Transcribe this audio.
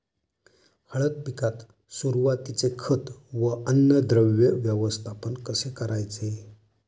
हळद पिकात सुरुवातीचे खत व अन्नद्रव्य व्यवस्थापन कसे करायचे?